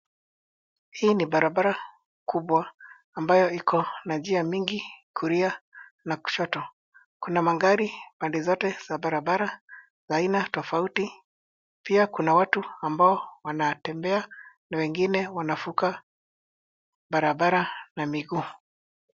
Hii ni barabara kubwa ambayo iko na njia mingi kulia na kushoto. Kuna magari upande zote za barabara ya aina tofauti pia kuna watu ambao wanatembea na wengine wanavuka barabara na miguu.